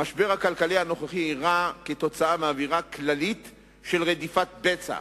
המשבר הכלכלי הנוכחי אירע כתוצאה מאווירה כללית של רדיפת בצע,